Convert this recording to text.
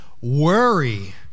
worry